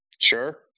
Sure